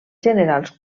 generals